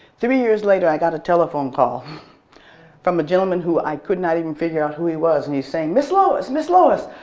three years later i got a telephone call from a gentlemen who i could not even figure out who he was and he was saying ms lois! ms lois!